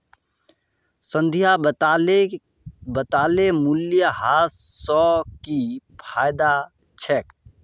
संध्या बताले मूल्यह्रास स की फायदा छेक